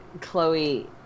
Chloe